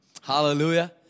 Hallelujah